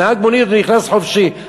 נהג מונית נכנס חופשי.